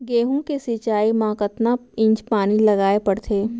गेहूँ के सिंचाई मा कतना इंच पानी लगाए पड़थे?